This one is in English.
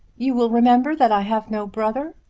you will remember that i have no brother?